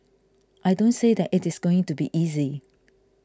I don't say that it is going to be easy